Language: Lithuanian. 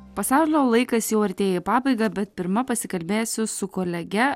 pasaulio laikas jau artėja į pabaigą bet pirma pasikalbėsiu su kolege